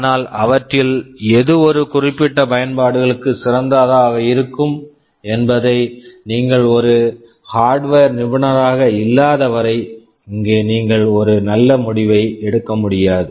ஆனால் அவற்றில் எது ஒரு குறிப்பிட்ட பயன்பாடுகளுக்கு சிறந்ததாக இருக்கும் என்பதை நீங்கள் ஒரு ஹார்ட்வர் hardware நிபுணராக இல்லாதவரை இங்கே நீங்கள் ஒரு நல்ல முடிவை எடுக்க முடியாது